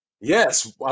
Yes